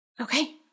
Okay